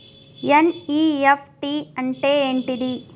NEFT అంటే ఏంటిది?